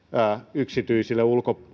yksityisille